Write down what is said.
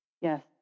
yes